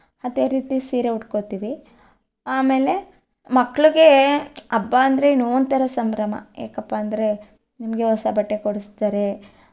ಅದೇ ರೀತಿ ಸೀರೆ ಉಟ್ಕೊಳ್ತೀವಿ ಆಮೇಲೆ ಮಕ್ಳಿಗೆ ಹಬ್ಬ ಅಂದರೆ ಏನೋ ಒಂಥರ ಸಂಭ್ರಮ ಏಕಪ್ಪ ಅಂದರೆ ನಿಮಗೆ ಹೊಸ ಬಟ್ಟೆ ಕೊಡಿಸ್ತಾರೆ